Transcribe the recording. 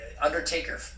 Undertaker